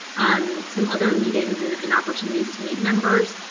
um some other meetings, and and opportunities to meet members.